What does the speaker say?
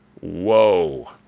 Whoa